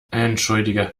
entschuldige